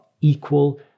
equal